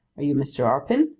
are you mr. arpin?